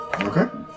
Okay